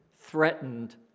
threatened